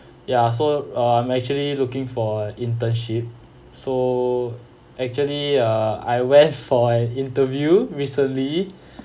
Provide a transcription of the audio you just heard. ya so uh I'm actually looking for internship so actually uh I went for an interview recently